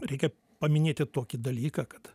reikia paminėti tokį dalyką kad